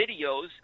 videos